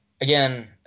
again